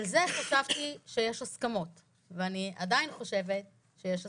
על זה חשבתי שיש הסכמות ואני עדיין חושבת שיש הסכמות,